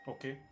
Okay